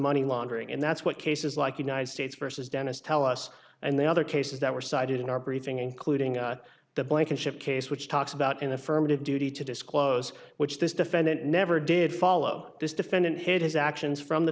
money laundering and that's what cases like united states versus dentist tell us and the other cases that were cited in our briefing including the blankenship case which talks about an affirmative duty to disclose which this defendant never did follow this defendant hid his actions from the